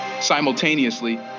Simultaneously